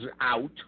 out